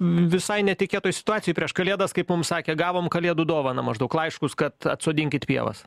visai netikėtoj situacijoj prieš kalėdas kaip mum sakė gavom kalėdų dovaną maždaug laiškus kad atsodinkit pievas